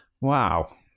Wow